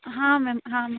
ಹಾಂ ಮ್ಯಾಮ್ ಹಾಂ